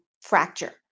fracture